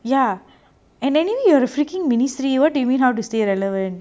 ya and anyway you are freaking ministry what you mean how to stay relevant